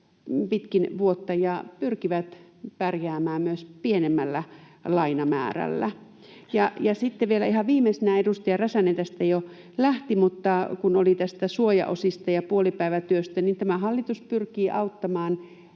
pitkin vuotta ja pyrkivät pärjäämään myös pienemmällä lainamäärällä. Ja sitten vielä ihan viimeisenä: Edustaja Räsänen tästä jo lähti, mutta kun oli puhe näistä suojaosista ja puolipäivätyöstä, niin tämä hallitus pyrkii auttamaan